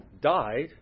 died